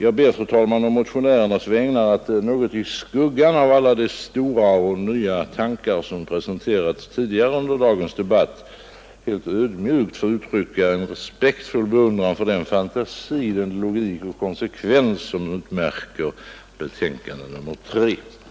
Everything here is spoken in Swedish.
Jag ber, fru talman, å motionärernas vägnar att — i skuggan av alla de stora och nya tankar som presenterats tidigare under dagens debatt — helt ödmjukt få uttrycka en respektfull beundran för den fantasi, logik och konsekvens som utmärker lagutskottets betänkande nr 3.